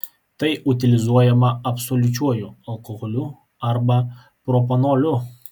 tai utilizuojama absoliučiuoju alkoholiu arba propanoliu